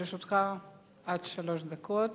לרשותך עד שלוש דקות.